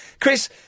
Chris